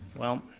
well,